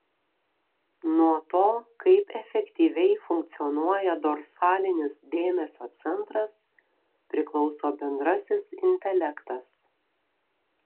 nuo to kaip efektyviai funkcionuoja dorsalinis dėmesio centras priklauso bendrasis intelektas